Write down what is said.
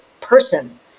person